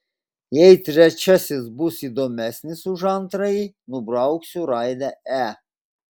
jei trečiasis bus įdomesnis už antrąjį nubrauksiu raidę e